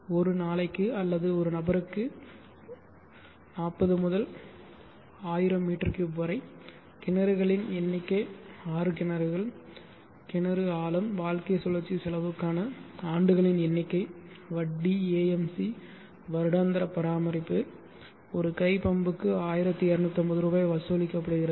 ஒரு நாளைக்கு அல்லது ஒரு நபருக்கு ஒரு நாளைக்கு 40 முதல் 1000 m3 வரை கிணறுகளின் எண்ணிக்கை 6 கிணறுகள் கிணறு ஆழம் வாழ்க்கைச் சுழற்சி செலவுக்கான ஆண்டுகளின் எண்ணிக்கை வட்டி ஏஎம்சி வருடாந்திர பராமரிப்பு ஒரு கை பம்புக்கு 1250 ரூபாய் வசூலிக்கப்படுகிறது